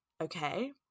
okay